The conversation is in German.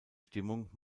stimmung